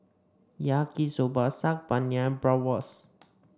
Yaki Soba Saag Paneer Bratwurst